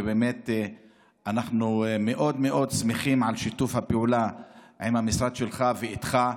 ובאמת אנחנו מאוד שמחים על שיתוף הפעולה עם המשרד שלך ואיתך,